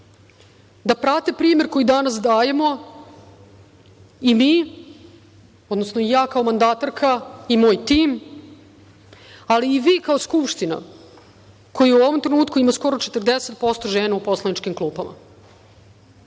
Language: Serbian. da prate primer koji danas dajemo i mi, odnosno i ja kao mandatarka i moj tim, ali i vi kao Skupština, koja u ovom trenutku ima skoro 40% žena u poslaničkim klupama. Ove